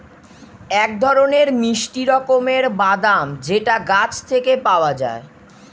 এক ধরনের মিষ্টি রকমের বাদাম যেটা গাছ থেকে পাওয়া যায়